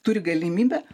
turi galimybę